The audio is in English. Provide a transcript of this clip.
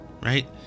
right